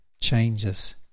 changes